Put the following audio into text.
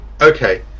Okay